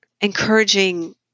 encouraging